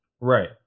Right